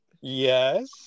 yes